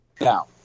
Now